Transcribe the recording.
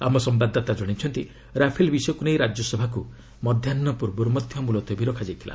ଆମ ସମ୍ଭାଦଦାତା ଜଣାଇଛନ୍ତି ରାଫେଲ ବିଷୟକୁ ନେଇ ରାଜ୍ୟସଭାକୁ ମଧ୍ୟାହୁ ପୂର୍ବରୁ ମଧ୍ୟ ମୁଲତବୀ ରଖାଯାଇଥିଲା